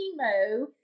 chemo